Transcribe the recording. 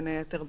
בין היתר,